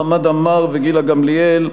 חמד עמאר וגילה גמליאל,